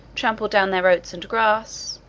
trample down their oats and grass,